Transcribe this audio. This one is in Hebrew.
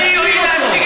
יציל אותו,